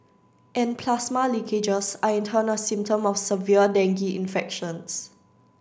and plasma leakages are in turn a symptom of severe dengue infections